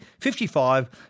55